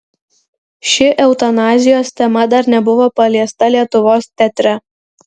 ši eutanazijos tema dar nebuvo paliesta lietuvos teatre